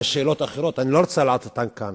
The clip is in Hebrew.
יש שאלות אחרות שאני לא רוצה להעלות אותן כאן.